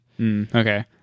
Okay